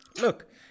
look